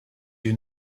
you